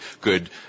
good